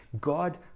God